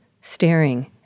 staring